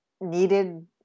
needed